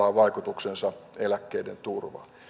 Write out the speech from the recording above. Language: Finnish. on vaikutuksensa eläkkeiden turvaan